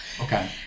Okay